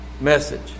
message